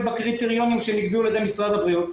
בקריטריונים שנקבעו על ידי משרד הבריאות,